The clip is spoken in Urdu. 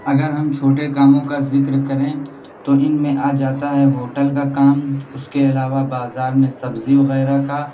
اگر ہم چھوٹے کاموں کا ذکر کریں تو ان میں آ جاتا ہے ہوٹل کا کام اس کے علاوہ بازار میں سبزی وغیرہ کا